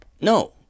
No